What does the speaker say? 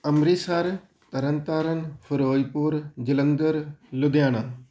Amritsar Tarn Taran Firozpur Jalandhar Ludhiana